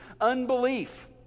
Unbelief